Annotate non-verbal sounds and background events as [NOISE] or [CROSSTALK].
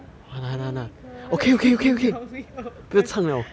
你可以 [LAUGHS]